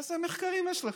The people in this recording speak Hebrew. איזה מחקרים יש לכם?